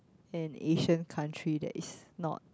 an Asian country that is not